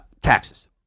Taxes